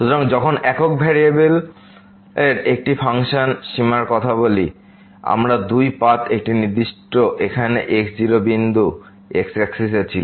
সুতরাং যখন একক ভেরিয়েবলের একটি ফাংশন সীমা কথা বলি আমরা দুই পাথ একটি নির্দিষ্ট এখানে x0 বিন্দু x অ্যাক্সিসে ছিল